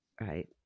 Right